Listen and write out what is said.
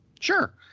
sure